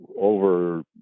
over